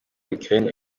ukraine